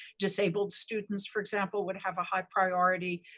disabled students, for example, would have a high priority,